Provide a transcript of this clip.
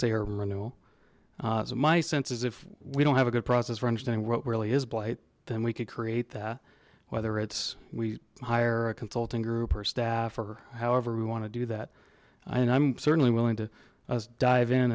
say her renewal so my sense is if we don't have a good process for understanding what really is blight then we could create that whether it's we hire a consulting group or staff or however we want to do that and i'm certainly willing to us dive in